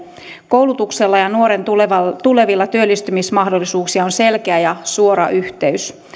koulutuksella ja nuoren tulevilla tulevilla työllistymismahdollisuuksilla on selkeä ja suora yhteys